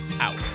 Out